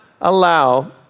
allow